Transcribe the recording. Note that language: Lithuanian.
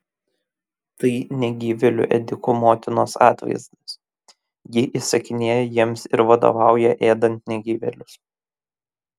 tai negyvėlių ėdikų motinos atvaizdas ji įsakinėja jiems ir vadovauja ėdant negyvėlius